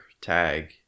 tag